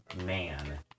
Man